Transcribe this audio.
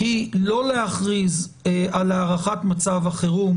היא לא להכריז על הארכת מצב החירום